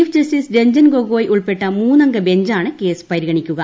chief justice Ranjan Gogoi ഉൾപ്പെട്ട ദ അംഗ ബെഞ്ചാണ് കേസ് പരിഗണിക്കുക